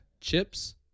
chips